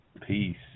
Peace